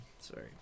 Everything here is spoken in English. Sorry